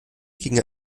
ginge